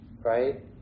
right